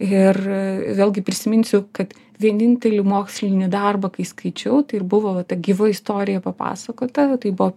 ir vėlgi prisiminsiu kad vienintelį mokslinį darbą kai skaičiau tai ir buvo va ta gyvoji istorija papasakota tai buvo